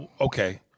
Okay